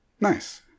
Nice